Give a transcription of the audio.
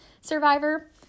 survivor